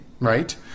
right